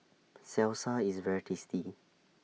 Salsa IS very tasty